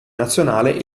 nazionale